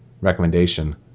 recommendation